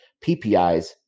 PPIs